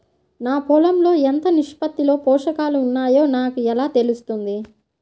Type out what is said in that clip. నా పొలం లో ఎంత నిష్పత్తిలో పోషకాలు వున్నాయో నాకు ఎలా తెలుస్తుంది?